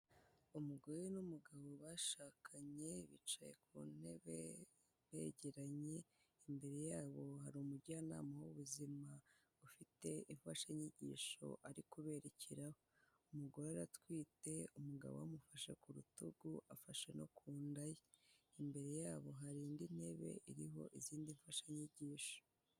Umugore n'umugabo bashakanye bicaye ku ntebe begeranye imbere yabo hari umujyanama w'ubuzima ufite imfashanyigisho arikubekeraho umugore atwite umugabo amufasha ku rutugu afasha no ku nda ye imbere yabo hari indi ntebe iriho izindi mfashanyigisho.